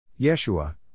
Yeshua